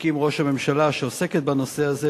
שהקים ראש הממשלה שעוסקת בנושא הזה,